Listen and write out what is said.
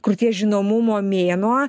krūties žinomumo mėnuo